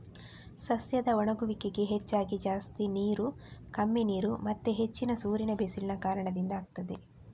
ಸಸ್ಯದ ಒಣಗುವಿಕೆಗೆ ಹೆಚ್ಚಾಗಿ ಜಾಸ್ತಿ ನೀರು, ಕಮ್ಮಿ ನೀರು ಮತ್ತೆ ಹೆಚ್ಚಿನ ಸೂರ್ಯನ ಬಿಸಿಲಿನ ಕಾರಣದಿಂದ ಆಗ್ತದೆ